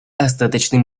остаточный